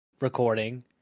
recording